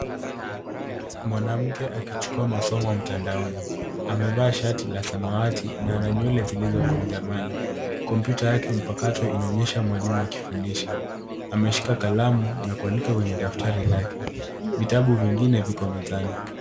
Mwanamke akichukua masomo mtandaoni, amevaa shati na samawati na ana nywele zilizokunjamana. Kompyuta yake mpakato inaonyesha mwalimu akifudisha. Ameshika kalamu na kuandika kwenye daftari lake. Vitabu vingine viko mezani.